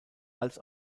als